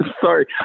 sorry